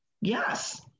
Yes